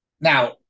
Now